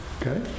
Okay